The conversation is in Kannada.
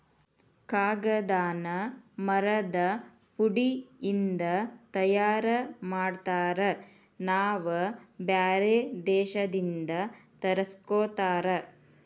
ಕಾಗದಾನ ಮರದ ಪುಡಿ ಇಂದ ತಯಾರ ಮಾಡ್ತಾರ ನಾವ ಬ್ಯಾರೆ ದೇಶದಿಂದ ತರಸ್ಕೊತಾರ